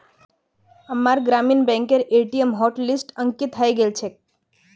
अम्मार ग्रामीण बैंकेर ए.टी.एम हॉटलिस्टत अंकित हइ गेल छेक